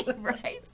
Right